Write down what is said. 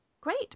Great